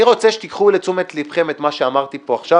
אני רוצה שתביאו לתשומת לבכם את מה שאמרתי פה עכשיו,